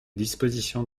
dispositions